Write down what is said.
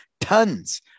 tons